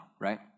right